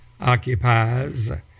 occupies